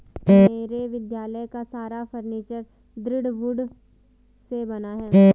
मेरे विद्यालय का सारा फर्नीचर दृढ़ वुड से बना है